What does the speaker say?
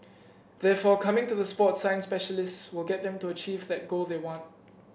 therefore coming to the sport science specialists will get them to achieve that goal they want